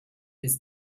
bis